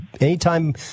anytime